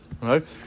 right